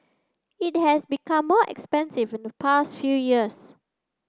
it has become more expensive in the past few years